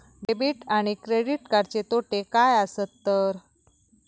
Debit आणि credit कार्डचे तोटे काय आसत तर?